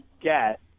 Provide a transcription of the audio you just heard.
get